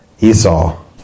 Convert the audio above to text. Esau